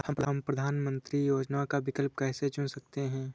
हम प्रधानमंत्री योजनाओं का विकल्प कैसे चुन सकते हैं?